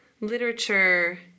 literature